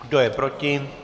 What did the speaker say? Kdo je proti?